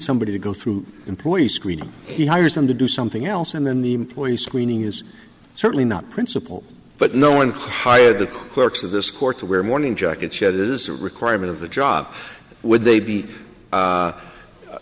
somebody to go through employee screening he hires them to do something else and then the employee screening is certainly not principle but no one could hire the clerks of this court to wear mourning jackets yet it is a requirement of the job would they be